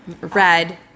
Red